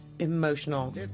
Emotional